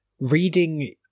reading